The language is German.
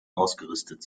ausgerüstet